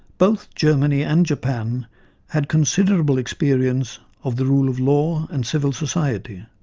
both germany and japan had considerable experience of the rule of law and civil society,